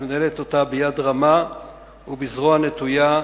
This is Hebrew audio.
שמנהלת אותה ביד רמה ובזרוע נטויה,